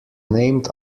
named